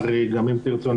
אם תרצו,